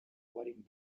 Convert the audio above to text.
wedding